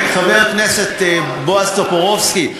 חבר הכנסת בועז טופורובסקי,